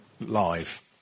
live